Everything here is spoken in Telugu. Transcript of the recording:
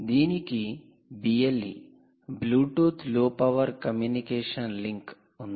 దీనికి BLE 'Bluetooth low power communication link' 'Bluetooth low energy communication link' ఉంది